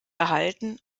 erhalten